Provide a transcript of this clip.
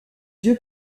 dieu